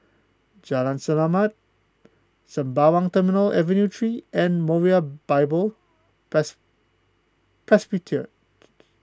Jalan Selamat Sembawang Terminal Avenue three and Moriah Bible Presby